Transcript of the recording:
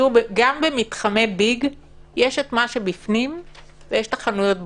במתחמי ביג יש מה שבפנים וגם החנויות שבחוץ.